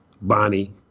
Bonnie